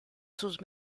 sus